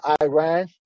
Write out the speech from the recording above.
Iran